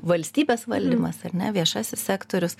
valstybės valdymas ar ne viešasis sektorius